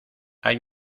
hay